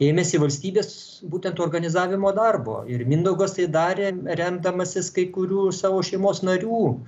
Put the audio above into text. ėmėsi valstybės būtent organizavimo darbo ir mindaugas tai darė remdamasis kai kurių savo šeimos narių